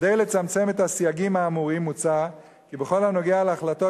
כדי לצמצם את הסייגים האמורים מוצע כי בכל הנוגע להחלטות